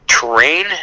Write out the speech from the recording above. terrain